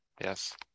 Yes